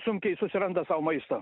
sunkiai susiranda sau maisto